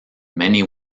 many